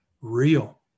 real